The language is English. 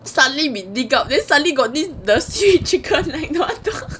suddenly we dig up then suddenly got these the seaweed chicken